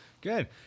Good